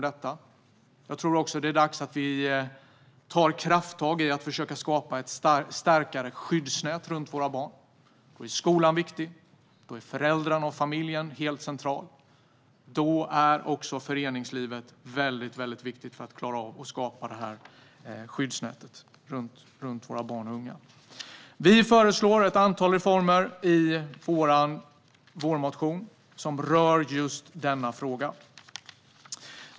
Det är också dags att ta krafttag i att försöka skapa ett starkare skyddsnät runt våra barn. Då är skolan viktig, och föräldrarna och familjen är helt centrala. Föreningslivet är också viktigt för att klara av att skapa skyddsnät runt våra barn och unga. Vi föreslår ett antal reformer i vår vårmotion som rör just denna fråga.